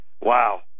Wow